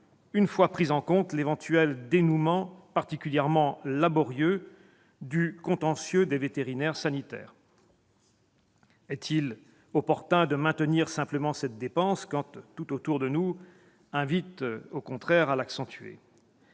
une fois pris en compte l'éventuel dénouement particulièrement laborieux du contentieux des vétérinaires sanitaires. Est-il opportun de maintenir simplement cette dépense quand tout, autour de nous, invite au contraire à l'accentuer ?